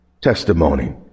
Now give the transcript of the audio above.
testimony